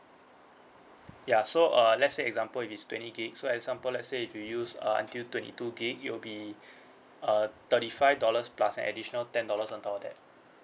ya so uh let's say example if it's twenty gig so example let's say if you use uh until twenty two gig it will be uh thirty five dollars plus an additional ten dollars on top of that